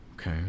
Okay